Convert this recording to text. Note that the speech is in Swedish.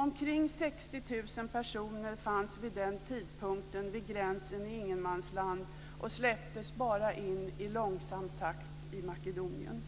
Omkring 60 000 personer fanns vid den tidpunkten vid gränsen i ingenmansland och släpptes bara in i långsam takt i Makedonien.